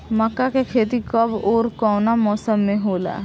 मका के खेती कब ओर कवना मौसम में होला?